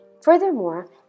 Furthermore